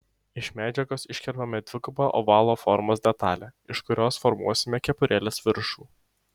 iš medžiagos iškerpame dvigubą ovalo formos detalę iš kurios formuosime kepurėlės viršų